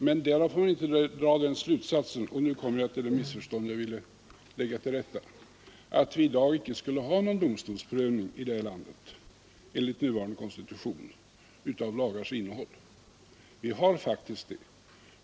Men därav får man inte dra den slutsatsen — och nu kommer jag till det jag ville lägga till rätta för undvikande av missförstånd — att vi enligt nuvarande konstitution icke skulle ha någon domstolsprövning av lagars innehåll här i landet. Vi har faktiskt det.